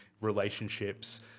relationships